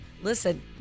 Listen